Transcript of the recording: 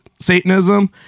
Satanism